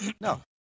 no